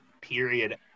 period